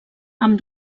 amb